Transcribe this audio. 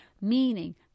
Meaning